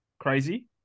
crazy